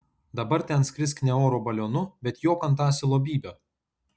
dabar ten skrisk ne oro balionu bet jok ant asilo bybio